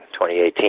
2018